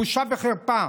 בושה וחרפה.